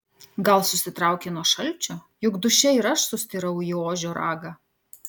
gal susitraukė nuo šalčio juk duše ir aš sustirau į ožio ragą